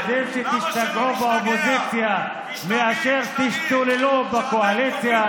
עדיף שתשגעו באופוזיציה מאשר תשתוללו בקואליציה.